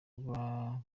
buba